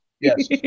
yes